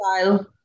style